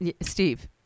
Steve